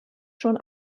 schon